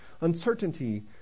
uncertainty